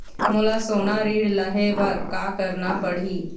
मोला सोना ऋण लहे बर का करना पड़ही?